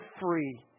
free